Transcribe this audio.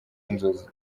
inzozi